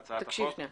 בסעיף קטן (א)